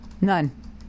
None